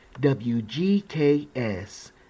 WGKS